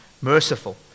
merciful